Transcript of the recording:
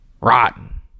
rotten